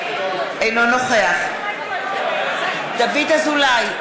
נגד דוד אזולאי,